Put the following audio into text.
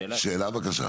שאלה, בבקשה.